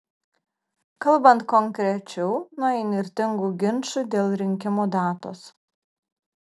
kalbant konkrečiau nuo įnirtingų ginčų dėl rinkimų datos